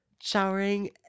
showering